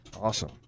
awesome